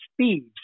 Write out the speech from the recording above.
speeds